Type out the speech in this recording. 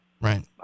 right